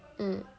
mm